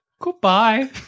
Goodbye